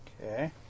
Okay